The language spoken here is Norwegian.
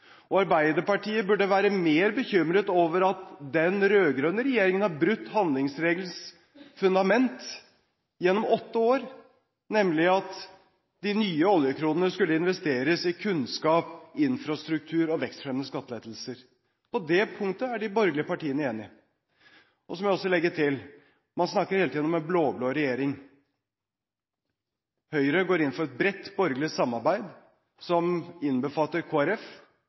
Arbeiderpartiet burde være mer bekymret over at den rød-grønne regjeringen gjennom åtte år har brutt handlingsregelens fundament, nemlig at de nye oljekronene skulle investeres i kunnskap, infrastruktur og vekstfremmende skattelettelser. På det punktet er de borgerlige partiene enig. Så må jeg også legge til: Man snakker hele tiden om en blå-blå regjering. Høyre går inn for et bredt borgerlig samarbeid som innbefatter